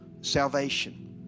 salvation